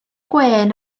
gwên